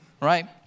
right